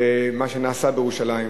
ומה שנעשה בירושלים,